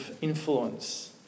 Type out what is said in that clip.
influence